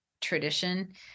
tradition